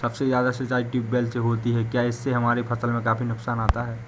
सबसे ज्यादा सिंचाई ट्यूबवेल से होती है क्या इससे हमारे फसल में काफी नुकसान आता है?